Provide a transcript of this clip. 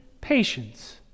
patience